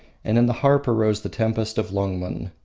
and in the harp arose the tempest of lungmen,